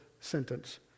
sentence